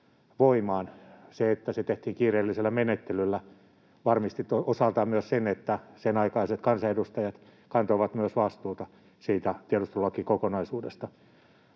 Se, että se tehtiin kiireellisellä menettelyllä, varmisti osaltaan myös sen, että senaikaiset kansanedustajat kantoivat myös vastuuta siitä tiedustelulakikokonaisuudesta,